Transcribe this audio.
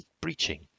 preaching